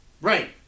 Right